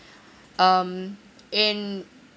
um and